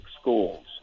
Schools